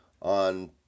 on